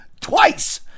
twice